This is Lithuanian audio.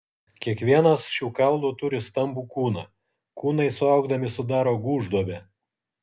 kiekvienas šių kaulų turi stambų kūną kūnai suaugdami sudaro gūžduobę